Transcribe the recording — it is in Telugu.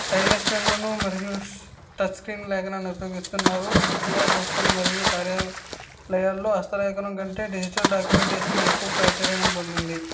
స్టైలిస్ పెన్లను మరియు టచ్స్క్రీన్ లేఖనాన్ని ఉపయోగిస్తున్నారు విద్యా సంస్థలు మరియు కార్యాలయాల్లో హస్తలేఖనం కంటే డిజిటల్ డాక్యుమెంటేషన్ ఎక్కువ ప్రాచూర్యం పొందింది